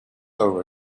over